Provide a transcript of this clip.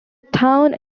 town